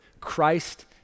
Christ